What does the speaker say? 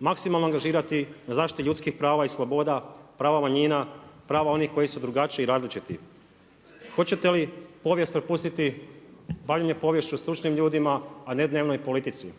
maksimalno angažirati na zaštiti ljudskih prava i sloboda, prava manjina, prava onih koji su drugačiji i različiti? Hoćete li povijest prepustiti, bavljenje povijesti stručnim ljudima a ne dnevnoj politici?